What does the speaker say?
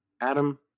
Adam